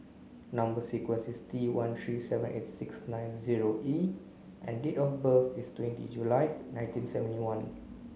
number sequence is T one three seven eight six nine zero E and date of birth is twenty nineteen seventy one